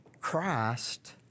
Christ